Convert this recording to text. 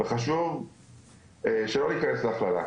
אבל חשוב שלא להיכנס להכללה,